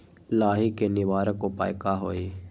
लाही के निवारक उपाय का होई?